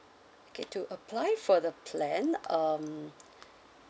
okay to apply for the plan um